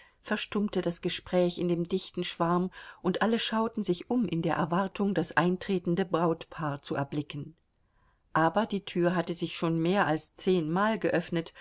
verstummte das gespräch in dem dichten schwarm und alle schauten sich um in der erwartung das eintretende brautpaar zu erblicken aber die tür hatte sich schon mehr als zehnmal geöffnet